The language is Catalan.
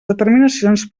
determinacions